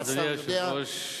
אדוני היושב-ראש,